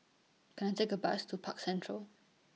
Can I Take A Bus to Park Central